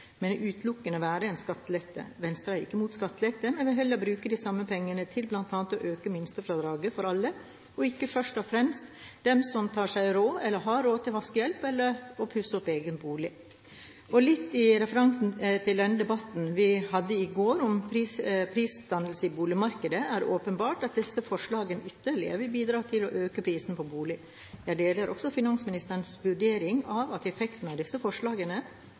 utelukkende vært en skattelette. Venstre er ikke imot skattelette, men vil heller bruke de samme pengene til bl.a. å øke minstefradraget for alle og ikke først og fremst for dem som tar seg råd til, eller har råd til, vaskehjelp eller å pusse opp egen bolig. Med referanse til den debatten vi hadde i går, om prisdannelser i boligmarkedet, er det er åpenbart at disse forslagene ytterligere vil bidra til økte priser på boliger. Jeg deler også finansministerens vurdering av effekten av disse forslagene